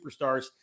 superstars